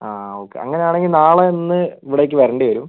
ആ ഓക്കേ അങ്ങനെ ആണെങ്കിൽ നാളെ ഒന്ന് ഇവിടേയ്ക്ക് വരേണ്ടി വരും